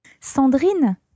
Sandrine